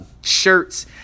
shirts